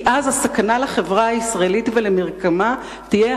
כי אז הסכנה לחברה הישראלית ולמרקמה תהיה